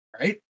right